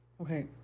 Okay